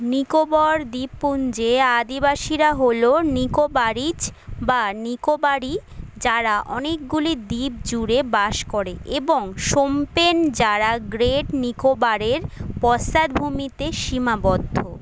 নিকোবর দ্বীপপুঞ্জে আদিবাসীরা হলো নিকোবারিজ বা নিকোবরি যারা অনেকগুলি দ্বীপ জুড়ে বাস করে এবং শোম্পেন যারা গ্রেট নিকোবরের পশ্চাৎভূমিতে সীমাবদ্ধ